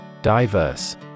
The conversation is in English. Diverse